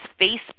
Facebook